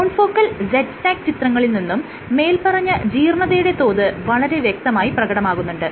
confocal z stack ചിത്രങ്ങളിൽ നിന്നും മേല്പറഞ്ഞ ജീർണ്ണതയുടെ തോത് വളരെ വ്യക്തമായി പ്രകടമാകുന്നുണ്ട്